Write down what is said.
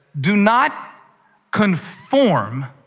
do not conform,